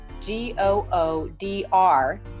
g-o-o-d-r